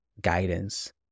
guidance